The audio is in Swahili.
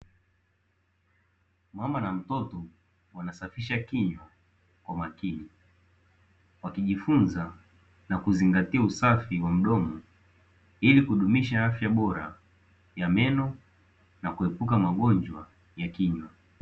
Mama na mtoto wanasafisha kinywa kwa makini, wakijifunza na kuzingatia usafi wa mdomo ili kudumisha afya bora ya meno na kuepuka magonjwa ya kinywa.